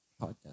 podcast